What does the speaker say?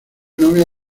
novia